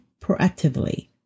proactively